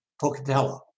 Pocatello